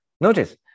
notice